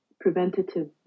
preventative